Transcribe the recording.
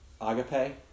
agape